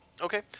Okay